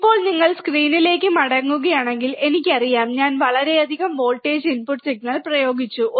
ഇപ്പോൾ നിങ്ങൾ സ്ക്രീനിലേക്ക് മടങ്ങുകയാണെങ്കിൽ എനിക്ക് അറിയാം ഞാൻ ഞാൻ വളരെയധികം വോൾട്ടേജ് ഇൻപുട്ട് സിഗ്നൽപ്രയോഗിച്ചു